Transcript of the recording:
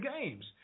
games